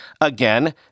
again